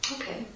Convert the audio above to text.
Okay